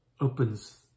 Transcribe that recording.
Opens